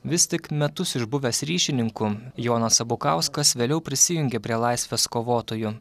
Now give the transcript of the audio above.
vis tik metus išbuvęs ryšininku jonas abukauskas vėliau prisijungė prie laisvės kovotojų